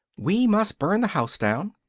we must burn the house down!